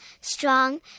strong